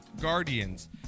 Guardians